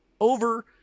over